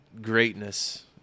greatness